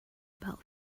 about